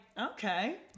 okay